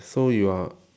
so you are